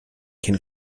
can